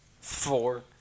Four